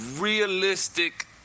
realistic